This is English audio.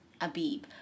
Abib